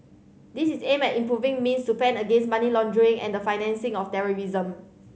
this is aimed at improving means to fend against money laundering and the financing of terrorism